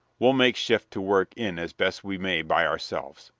we'll make shift to work in as best we may by ourselves.